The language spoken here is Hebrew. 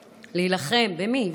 להילחם, במי?